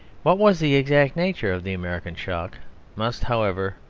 what was the exact nature of the american shock must, however,